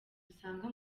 dusanga